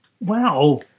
Wow